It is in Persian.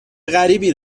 غریبی